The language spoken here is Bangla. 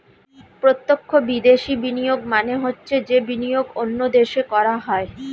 প্রত্যক্ষ বিদেশি বিনিয়োগ মানে হচ্ছে যে বিনিয়োগ অন্য দেশে করা হয়